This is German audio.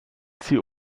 sie